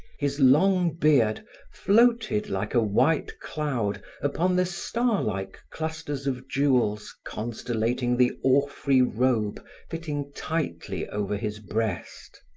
his long beard floated like a white cloud upon the star-like clusters of jewels constellating the orphrey robe fitting tightly over his breast.